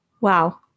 Wow